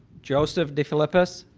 joseph defillipis,